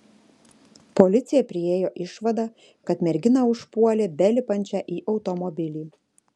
policija priėjo išvadą kad merginą užpuolė belipančią į automobilį